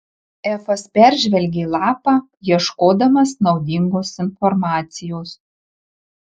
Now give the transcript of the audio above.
efas peržvelgė lapą ieškodamas naudingos informacijos